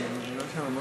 ינון, אתה תדבר, מה